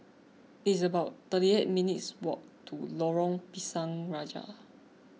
it's about thirty eight minutes' walk to Lorong Pisang Raja